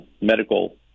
Medical